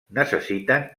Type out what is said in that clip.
necessiten